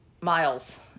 Miles